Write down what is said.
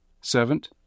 Servant